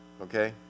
Okay